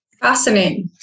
fascinating